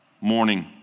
morning